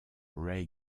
ray